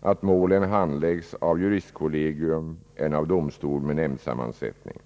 att målen handläggs av juristkollegium än av dom stol med nämndsammansättning.